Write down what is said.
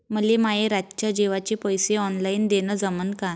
मले माये रातच्या जेवाचे पैसे ऑनलाईन देणं जमन का?